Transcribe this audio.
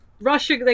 Russia